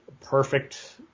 perfect